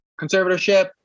conservatorship